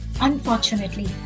Unfortunately